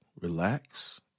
relax